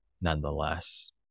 nonetheless